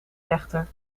rechter